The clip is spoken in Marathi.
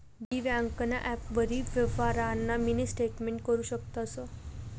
बी ब्यांकना ॲपवरी यवहारना मिनी स्टेटमेंट करु शकतंस